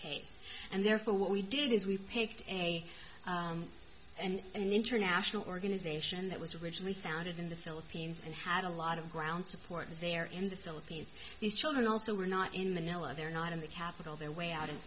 case and therefore what we did is we picked a and an international organization that was originally founded in the philippines and had a lot of ground support there in the philippines these children also were not in manila they're not in the capital their way out and